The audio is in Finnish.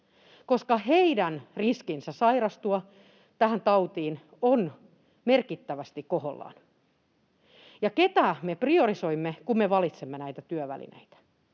koska heidän riskinsä sairastua tähän tautiin on merkittävästi koholla. Ja ketä me priorisoimme, kun me valitsemme näitä työvälineitä?